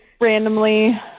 randomly